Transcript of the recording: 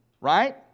right